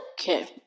Okay